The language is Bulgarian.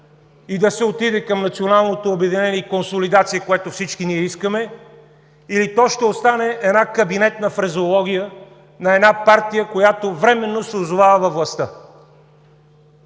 и консолидация, което всички ние искаме, или то ще остане една кабинетна фразеология на една партия, която временно се озовава във властта.